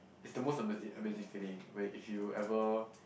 is the most ama~ amazing feeling when if you ever